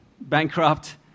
bankrupt